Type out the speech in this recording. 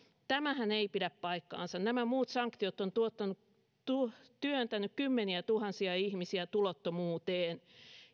tämähän ei pidä paikkaansa nämä muut sanktiot ovat työntäneet kymmeniätuhansia ihmisiä tulottomuuteen